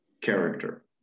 character